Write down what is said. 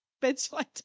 Bedside